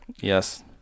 Yes